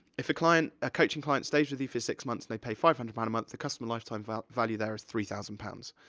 if a client, a coaching client stays with you for six months, they pay five hundred pound a month, the customer lifetime value, there, is three thousand pounds.